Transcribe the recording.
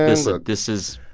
this ah this is.